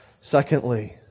Secondly